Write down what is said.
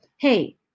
Hey